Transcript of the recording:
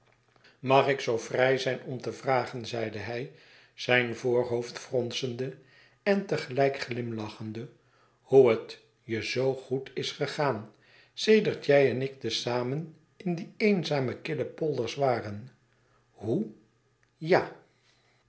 mag ik zoo vrij zijn om te vragen zeide hij zijn voorhoofd fronsende en te gelijk glimlachende hoe het je zoo goed is gegaan sedert jij en ik te zamen in die eenzame kille polders waren hoe jal